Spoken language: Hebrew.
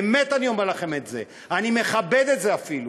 באמת אני אומר לכם את זה, אני מכבד את זה אפילו.